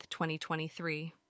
2023